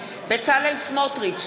בצלאל סמוטריץ,